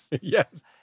yes